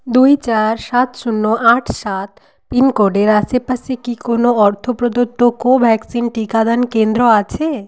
দুই চার সাত শূন্য আট সাত পিন কোডের আশেপাশে কি কোনো অর্থ প্রদত্ত কোভ্যাক্সিন টিকাদান কেন্দ্র আছে